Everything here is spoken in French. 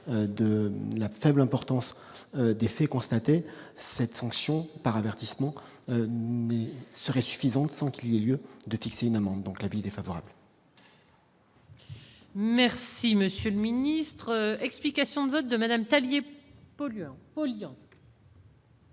de la faible importance des faits constatés cette sanction par avertissement serait suffisante, sans qu'il y a lieu de fixer une amende, donc l'avis défavorable. Merci monsieur le ministre, explications de vote de Madame Tallien pollueurs,